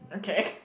okay